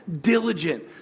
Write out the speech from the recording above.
diligent